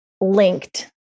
linked